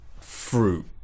fruit